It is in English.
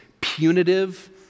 punitive